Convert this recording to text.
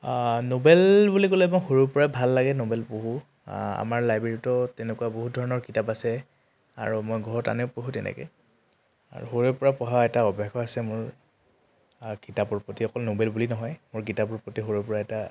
novel বুলি ক'লে মই সৰুৰপৰাই ভাল লাগে ন'ভেল পঢ়োঁ আমাৰ লাইব্ৰেৰীটো তেনেকুৱা বহুত ধৰণৰ কিতাপ আছে আৰু মই ঘৰত আনিও পঢ়োঁ তেনেকৈ আৰু সৰুৰেপৰা পঢ়া এটা অভ্যাসো আছে মোৰ কিতাপৰ প্ৰতি অকল ন'ভেল বুলি নহয় মোৰ কিতাপৰ প্ৰতি সৰুৰেপৰা এটা